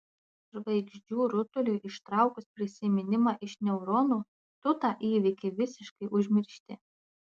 žvaigždžių rutuliui ištraukus prisiminimą iš neuronų tu tą įvykį visiškai užmiršti